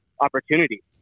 opportunity